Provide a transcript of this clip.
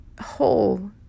whole